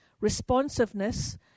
responsiveness